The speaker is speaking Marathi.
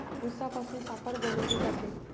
उसापासून साखर बनवली जाते